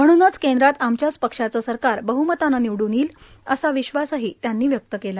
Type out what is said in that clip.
म्हणूनच केंद्रात आमच्याच पक्षाचं सरकार बहमतानं निवडून येईल असा विश्वास त्यांनी व्यक्त केला